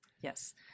Yes